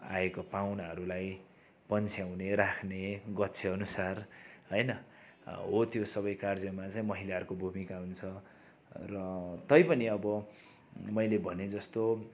आएको पाहुनाहरूलाई पन्साउने राख्ने गच्छेअनुसार होइन हो त्यो सबै कार्यमा चाहिँ महिलाहरूको भूमिका हुन्छ र तैपनि अब मैले भनेजस्तो